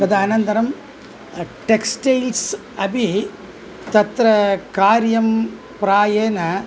तदनन्तरं टेक्स्टैल्स् अपि तत्र कार्यं प्रायेण